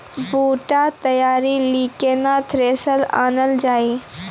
बूटा तैयारी ली केन थ्रेसर आनलऽ जाए?